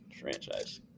franchise